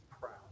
proud